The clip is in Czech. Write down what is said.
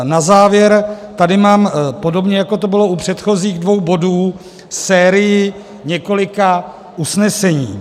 Na závěr tady mám, podobně jako to bylo u předchozích dvou bodů, sérii několika usnesení.